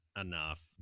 enough